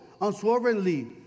unswervingly